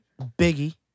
Biggie